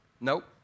Nope